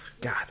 God